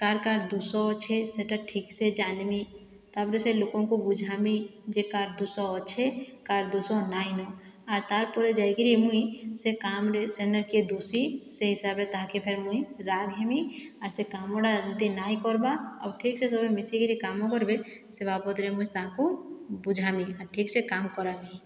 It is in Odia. କାର୍ କାର୍ ଦୁଷ ଅଛେ ସେଟା ଠିକ୍ସେ ଜାନମି ତାପରେ ସେ ଲୁକଙ୍କୁ ବୁଝାମି ଯେ କାର୍ ଦୁଷ ଅଛେ କାହାର ଦୁଷ ନାଇଁନ ଆର୍ ତାର୍ ପରେ ଯାଇକିରି ମୁଇଁ ସେ କାମ୍ରେ ସେନକେ ଦୁଷି ସେଇ ହିସାବରେ ତାହାକେ ଫେର୍ ମୁଇଁ ରାଗ୍ ହେମି ଆର୍ ସେ କାମ୍ ଗୁଡ଼ା ଏମତି ନାଇଁ କର୍ବା ଆଉ ଠିକ୍ସେ ସବୁ ମିଶିକିରି କାମ୍ କରବେ ସେ ବାବଦରେ ମୁଇଁ ତାଙ୍କୁ ବୁଝାମି ଆର୍ ଠିକ୍ସେ କାମ୍ କରାମି